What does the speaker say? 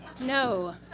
No